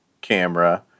camera